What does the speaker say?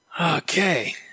Okay